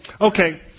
Okay